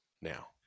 now